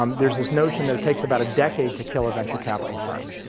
um there is this notion that it takes about a decade to kill a venture capital firm.